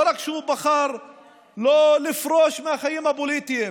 לא רק שהוא בחר לא לפרוש מהחיים הפוליטיים,